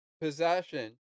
possession